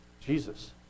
Jesus